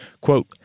Quote